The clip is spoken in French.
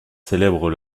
célèbrent